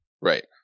Right